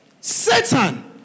Satan